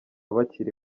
bakiri